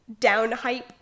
downhype